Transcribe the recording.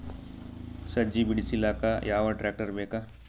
ಸಜ್ಜಿ ಬಿಡಿಸಿಲಕ ಯಾವ ಟ್ರಾಕ್ಟರ್ ಬೇಕ?